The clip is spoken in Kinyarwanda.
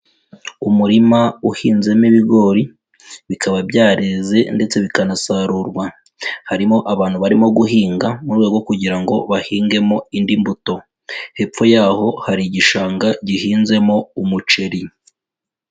Umurima uhinzemo ibigori, bikaba byareze ndetse bikanasarurwa, harimo abantu barimo guhinga mu rwego rwo kugira ngo bahingemo indi mbuto, hepfo yaho hari igishanga gihinzemo umuceri.